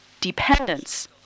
dependence